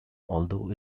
although